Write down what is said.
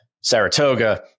Saratoga